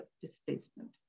displacement